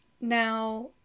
Now